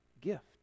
gift